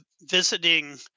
visiting